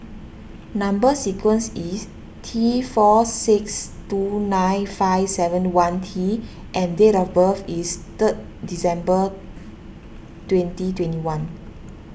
Number Sequence is T four six two nine five seven one T and date of birth is third December twenty twenty one